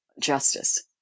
justice